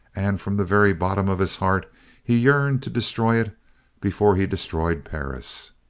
and from the very bottom of his heart he yearned to destroy it before he destroyed perris.